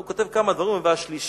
הוא כותב כמה דברים: "והשלישית,